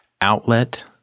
outlet